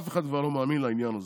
אף אחד כבר לא מאמין לעניין הזה.